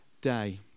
day